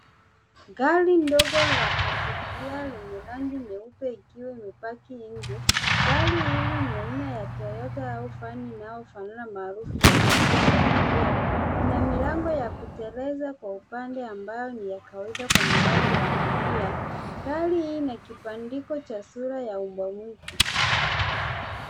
Gari ndogo la abiria lenye rangi nyeupe ikiwa imepaki nje. Gari hili ni aina ya toyota au vani inayofanana umaarufu kwa usafiri wa abiria, ina milango ya kuteleza kwa upande ambayo ni ya kawaida kwa magari ya abiria. Gari hii ina kibandiko cha sura ya mbwa mwitu.